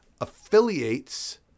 affiliates